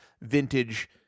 vintage